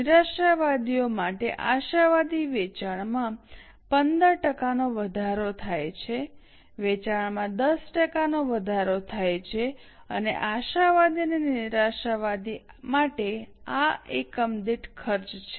નિરાશાવાદીઓ માટે આશાવાદી વેચાણમાં 15 ટકાનો વધારો થાય છે વેચાણમાં 10 ટકાનો વધારો થાય છે અને આશાવાદી અને નિરાશાવાદી માટે આ એકમ દીઠ ખર્ચ છે